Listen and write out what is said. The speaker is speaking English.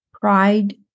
Pride